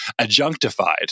adjunctified